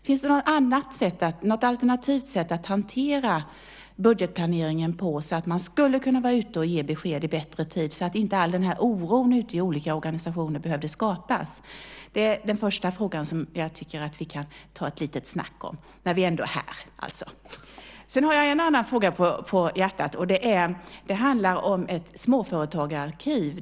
Finns det något alternativt sätt att hantera budgetplaneringen på så att man skulle kunna vara ute i bättre tid och ge besked så att inte all den här oron behövde skapas ute i olika organisationer? Det var den första frågan som jag tycker att vi kan ta ett litet snack om, när vi ändå är här. Sedan har jag en annan fråga på hjärtat. Det handlar om ett småföretagararkiv.